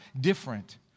different